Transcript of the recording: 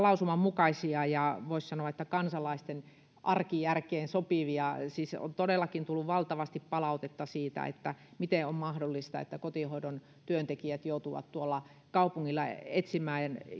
lausuman mukaisia ja voisi sanoa että kansalaisten arkijärkeen sopivia siis on todellakin tullut valtavasti palautetta siitä miten on mahdollista että kotihoidon työntekijät joutuvat tuolla kaupungilla ensinnäkin etsimään